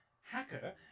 hacker